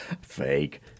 Fake